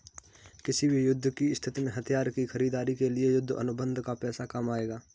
किसी भी युद्ध की स्थिति में हथियार की खरीदारी के लिए युद्ध अनुबंध का पैसा काम आएगा